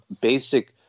basic